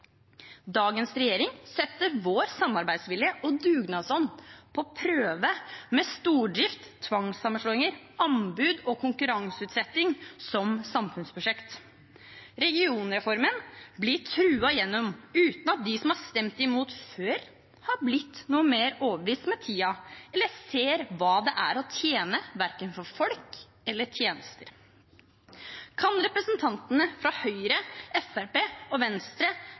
Dagens regjering setter vår samarbeidsvilje og dugnadsånd på prøve med stordrift, tvangssammenslåinger, anbud og konkurranseutsetting som samfunnsprosjekt. Regionreformen blir truet igjennom, uten at de som har stemt imot før, har blitt noe mer overbevist med tiden eller ser hva det er å tjene på det for folk eller tjenester. Kan representantene fra Høyre, Fremskrittspartiet og Venstre